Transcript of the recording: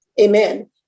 Amen